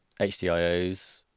HDIOs